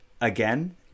again